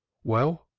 well?